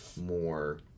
more